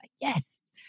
Yes